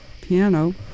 piano